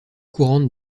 courante